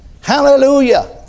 Hallelujah